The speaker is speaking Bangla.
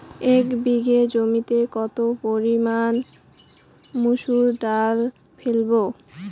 এক বিঘে জমিতে কত পরিমান মুসুর ডাল ফেলবো?